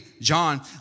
john